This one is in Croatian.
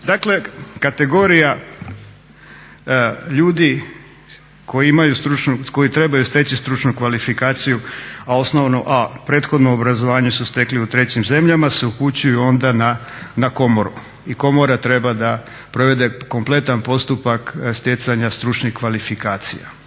Dakle kategorija ljudi koji trebaju steći stručnu kvalifikaciju a prethodno obrazovanje su stekli u trećim zemljama se upućuju onda na komoru i komora treba da provede kompletan postupak stjecanja stručnih kvalifikacija.